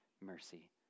mercy